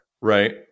Right